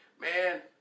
man